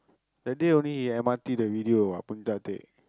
that day only he M_R_T the video